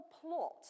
plot